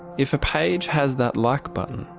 if a page has that like button,